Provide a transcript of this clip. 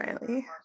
Riley